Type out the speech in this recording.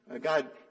God